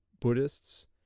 Buddhists